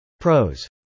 Pros